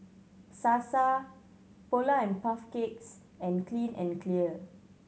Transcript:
Sasa Polar and Puff Cakes and Clean and Clear